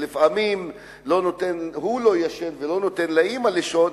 שלפעמים הוא לא ישן ולא נותן לאמא לישון,